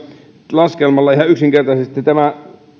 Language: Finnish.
laskemalla ihan yksinkertaisesti